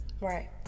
Right